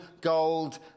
gold